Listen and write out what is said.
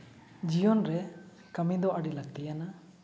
ᱡᱤᱭᱚᱱ ᱨᱮ ᱠᱟᱹᱢᱤ ᱫᱚ ᱟᱹᱰᱤ ᱞᱟᱹᱠᱛᱤᱭᱟᱱᱟ